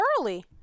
early